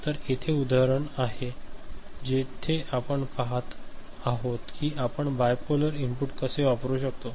तर येथे एक उदाहरण आहे जेथे आपण पाहत आहोत की आपण बायपोलर इनपुट कसे वापरू शकतो